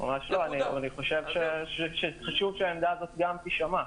אני חושב שחשוב שהעמדה הזו גם תישמע.